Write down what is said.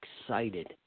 excited